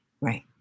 Right